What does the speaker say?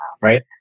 right